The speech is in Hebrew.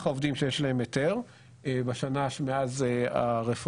העובדים שיש להם היתר בשנה מאז הרפורמה,